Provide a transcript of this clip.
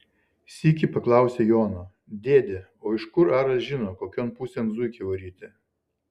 sykį paklausė jono dėde o iš kur aras žino kokion pusėn zuikį varyti